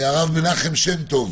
הרב מנחם שם טוב,